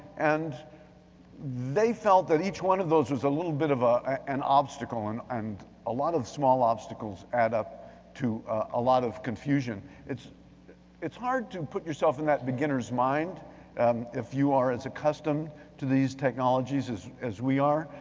and they felt that each one of those was a little bit of ah an obstacle and and a lot of small obstacles add up to a lot of confusion. it's it's hard to put yourself in that beginner's mind um if you are as accustomed to these technologies as as we are,